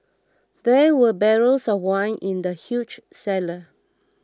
there were barrels of wine in the huge cellar